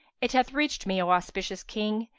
it hath reached me, o auspicious king,